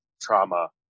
trauma